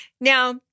Now